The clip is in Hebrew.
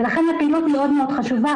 ולכן הפעילות מאוד מאוד חשובה.